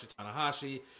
Tanahashi